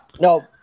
No